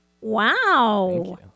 Wow